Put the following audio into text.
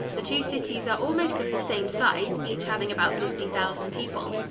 the two cities are almost of the same size, each having about fifty thousand people.